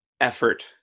effort